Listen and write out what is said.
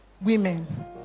women